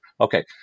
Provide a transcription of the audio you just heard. Okay